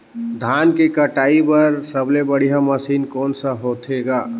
धान के कटाई बर सबले बढ़िया मशीन कोन सा होथे ग?